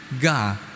God